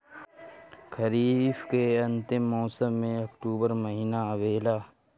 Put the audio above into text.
खरीफ़ के अंतिम मौसम में अक्टूबर महीना आवेला?